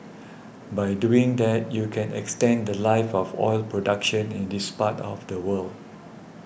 by doing that you can extend the Life of oil production in this part of the world